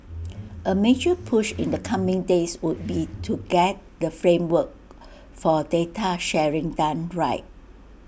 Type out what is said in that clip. A major push in the coming days would be to get the framework for data sharing done right